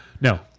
No